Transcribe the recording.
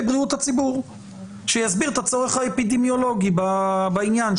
בריאות הציבור שיסביר את הצורך האפידמיולוגי בעניין,